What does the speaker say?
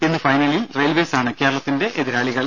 ഇന്ന് ഫൈനലിൽ റെയിൽവേസാണ് കേരളത്തിന്റെ എതിരാളികൾ